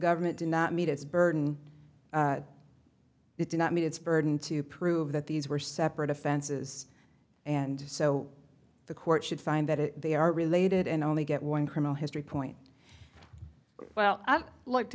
government did not meet its burden it did not meet its burden to prove that these were separate offenses and so the court should find that if they are related and only get one criminal history point well i've looked